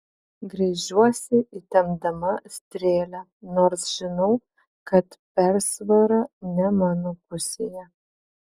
gręžiuosi įtempdama strėlę nors žinau kad persvara ne mano pusėje